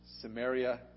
Samaria